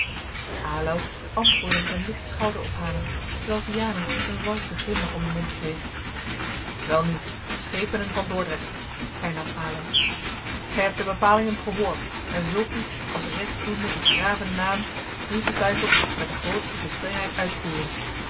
aloud antwoordde met een licht schouderophalen terwijl vianen een valschen glimlach om den mond kreeg welnu schepenen van dordrecht hernam aloud gij hebt de bepalingen gehoord en zult die als rechtdoende in's graven naam ongetwijfeld met de grootste gestrengheid uitvoeren